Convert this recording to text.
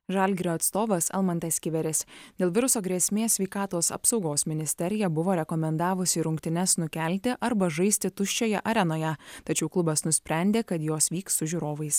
žalgirio atstovas almantas kiveris dėl viruso grėsmės sveikatos apsaugos ministerija buvo rekomendavusi rungtynes nukelti arba žaisti tuščioje arenoje tačiau klubas nusprendė kad jos vyks su žiūrovais